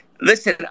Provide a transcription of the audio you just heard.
Listen